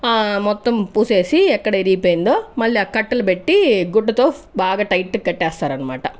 మొత్తం పూసేసి ఎక్కడ ఇరిగిపోయిందో మళ్ళీ ఆ కట్టెలు బెట్టి గుడ్డతో బాగా టైట్ గా కట్టేస్తారన్మాట